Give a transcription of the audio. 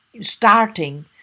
starting